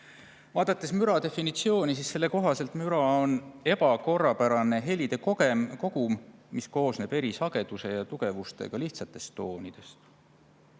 Vaadates müra definitsiooni, on selle kohaselt müra ebakorrapärane helide kogum, mis koosneb eri sageduse ja tugevusega lihtsatest toonidest.